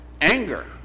anger